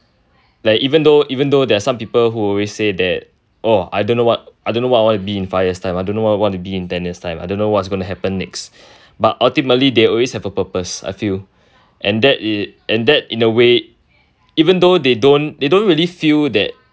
like even though even though there're some people who always say that oh I don't know what I don't know what I want to be in five years time I don't know what I want to be in ten years time I don't know what's going to happen next but ultimately they always have a purpose I feel and that is and that in a way even though they don't they don't really feel that